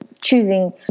choosing